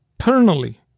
eternally